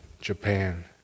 Japan